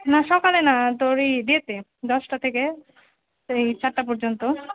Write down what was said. না সকালে না তোর এই ডে তে দশটা থেকে এই সাতটা পর্যন্ত